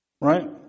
right